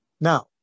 Now